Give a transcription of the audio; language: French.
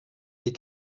mes